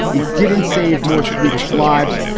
it didn't save more swedish lives,